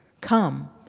Come